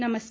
नमस्कार